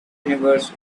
universe